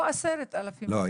או עשרת אלפים שקל --- לא,